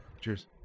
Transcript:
cheers